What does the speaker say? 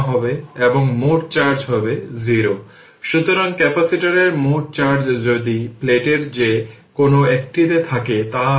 যদি তা হয় তবে এটি 05 2 3 e এর পাওয়ার 2 t 3 তাই V 1 e এর পাওয়ার 2 t 3 ভোল্ট